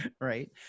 right